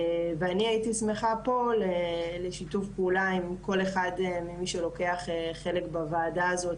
אני הייתי שמחה פה לשיתוף פעולה עם כל אחד ממי שלוקח חלק בוועדה הזו,